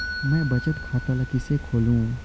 मैं बचत खाता ल किसे खोलूं?